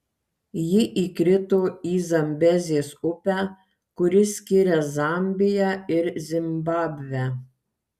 ji įkrito į zambezės upę kuri skiria zambiją ir zimbabvę